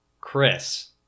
Chris